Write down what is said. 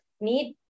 need